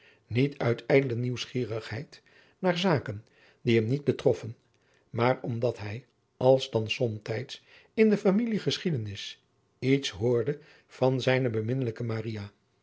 niet uit ijdele nieuwsgierigheid naar zaken die hem niet betroffen maar omdat hij als dan somtijds in de familiegeschiedenis iets hoorde van zijne beminnelijke